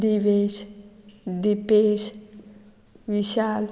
Divesh Dipesh Vishal